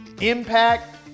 impact